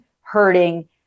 hurting